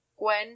Gwen